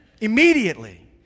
Immediately